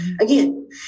again